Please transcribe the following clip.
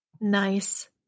Nice